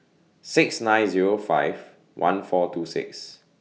six nine Zero five one four two six